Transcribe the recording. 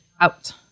out